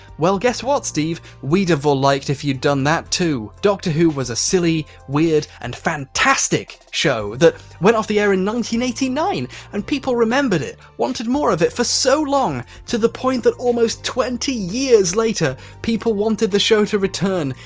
well, guess what, steve? we'dve all liked if you'd done that too. doctor who was a silly, weird and fantastic show, that went off the air in one thousand nine and people remembered it, wanted more of it, for so long to the point that almost twenty years later, people wanted the show to return.